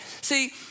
See